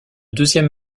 deuxième